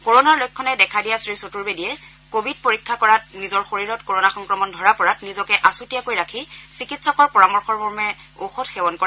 corona লক্ষ্যণে দেখা দিয়া শ্ৰীচতুৰ্বেদীয়ে কোৱিড পৰীক্ষা কৰাৰ নিজৰ শৰীৰত কৰণা সংক্ৰমণ ধৰা পৰাত নিজকে আচুতীয়াকৈ ৰাখি চিকিৎসকৰ পৰামৰ্শ মৰ্মে ঔষধ সেৱন কৰে